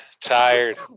tired